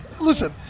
listen